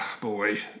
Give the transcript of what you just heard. Boy